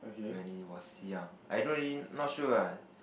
when he was young I don't really not sure ah